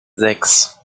sechs